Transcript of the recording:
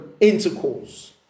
intercourse